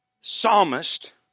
psalmist